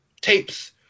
tapes